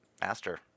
master